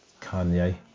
Kanye